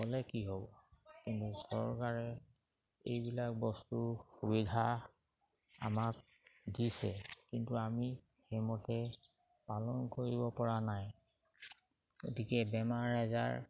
হ'লে কি হ'ব কিন্তু চৰকাৰে এইবিলাক বস্তুৰ সুবিধা আমাক দিছে কিন্তু আমি সেইমতে পালন কৰিব পৰা নাই গতিকে বেমাৰ আজাৰ